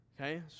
Okay